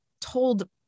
told